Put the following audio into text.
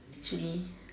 actually